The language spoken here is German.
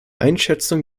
einschätzung